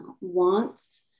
wants